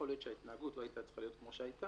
יכול להיות שההתנהגות לא היתה צריכה להיות כמו שהיתה,